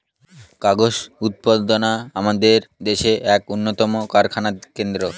কাগজ উৎপাদনা আমাদের দেশের এক উন্নতম কারখানা কেন্দ্র